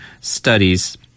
Studies